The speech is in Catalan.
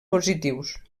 positius